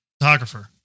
photographer